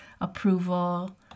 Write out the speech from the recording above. approval